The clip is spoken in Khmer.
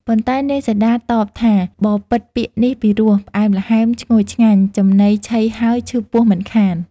ប៉ុន្តែនាងសីតាតបថា «បពិត្រពាក្យនេះពីរោះ ផ្អែមល្ហែម ឈ្ងុយឆ្ងាញ់ ចំណីឆីហើយឈឺពោះមិនខាន»។